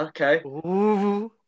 Okay